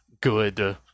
good